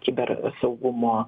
kiber saugumo